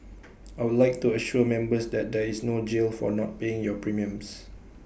I would like to assure members that there is no jail for not paying your premiums